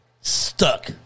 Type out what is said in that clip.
Stuck